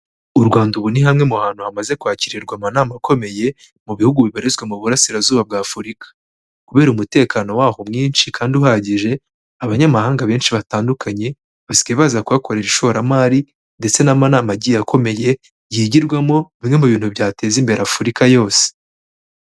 U Rwanda ubu ni hamwe mu hantu hamaze kwakirirwa amanama akomeye mu bihugu bibarizwa mu burasirazuba bw'Afurika. Kubera umutekano waho mwinshi kandi uhagije, abanyamahanga benshi batandukanye basigaye baza kuhakorera ishoramari ndetse n'amanana agiye akomeye yigirwamo bimwe mu bintu byateza imbere Afurika yose.